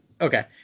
Okay